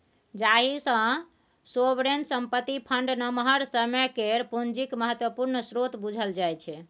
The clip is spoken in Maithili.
जाहि सँ सोवरेन संपत्ति फंड नमहर समय केर पुंजीक महत्वपूर्ण स्रोत बुझल जाइ छै